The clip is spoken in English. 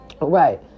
right